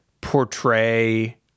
portray